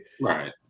right